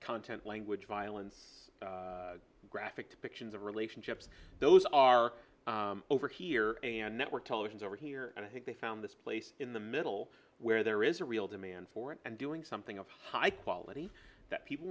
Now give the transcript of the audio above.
content language violence graphic depictions of relationships those are over here and network televisions over here and i think they found this place in the middle where there is a real demand for it and doing something of high quality that people